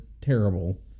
terrible